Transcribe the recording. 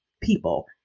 people